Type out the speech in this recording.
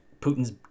putin's